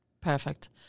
Perfect